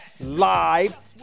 live